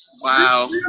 Wow